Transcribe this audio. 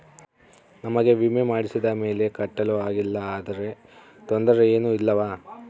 ನಮಗೆ ವಿಮೆ ಮಾಡಿಸಿದ ಮೇಲೆ ಕಟ್ಟಲು ಆಗಿಲ್ಲ ಆದರೆ ತೊಂದರೆ ಏನು ಇಲ್ಲವಾ?